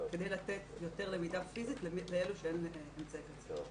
כדי לתת יותר למידה פיזית לאלה שאין להם אמצעי קצה.